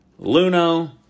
Luno